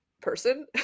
person